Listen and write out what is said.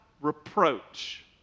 reproach